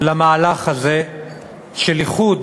למהלך הזה של איחוד